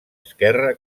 esquerra